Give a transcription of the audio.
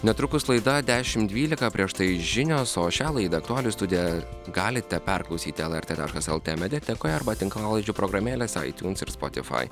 netrukus laida dešim dvylika prieš tai žinios o šią laidą aktualijų studiją galite perklausyti lrt taškas lt mediatekoje arba tinklalaidžių programėlėse aitiūns ir spotifai